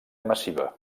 massiva